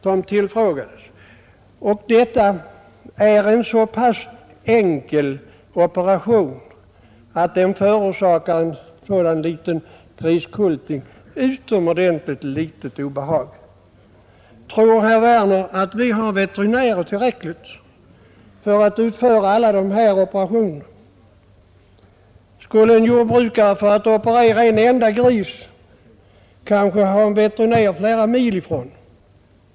Det är fråga om en så pass enkel operation att den förorsakar en så liten griskulting utomordentligt litet obehag. Tror herr Werner att vi har tillräckligt med veterinärer för att utföra alla sådana operationer? Skulle en jordbrukare som behöver operera en enda gris anlita en veterinär som kanske bor flera mil från honom?